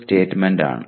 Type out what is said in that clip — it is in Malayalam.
സ്റ്റെമെന്റ്റ് ആണ്